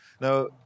Now